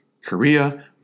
Korea